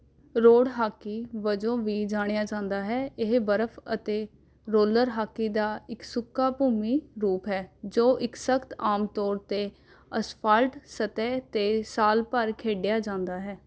road hockey ਵਜੋਂ ਵੀ ਜਾਣਿਆ ਜਾਂਦਾ ਹੈ ਇਹ ਬਰਫ਼ ਅਤੇ ਰੋਲਰ ਹਾਕੀ ਦਾ ਇੱਕ ਸੁੱਕਾ ਭੂਮੀ ਰੂਪ ਹੈ ਜੋ ਇੱਕ ਸਖ਼ਤ ਆਮ ਤੌਰ 'ਤੇ ਅਸਫਾਲਟ ਸਤਹ 'ਤੇ ਸਾਲ ਭਰ ਖੇਡਿਆ ਜਾਂਦਾ ਹੈ